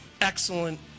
excellent